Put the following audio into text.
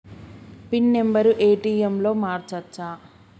Pin number ATM లో మార్చచ్చా?